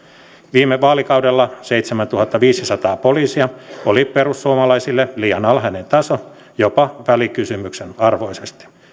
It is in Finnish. viime vaalikaudella seitsemäntuhattaviisisataa poliisia oli perussuomalaisille liian alhainen taso jopa välikysymyksen arvoisesti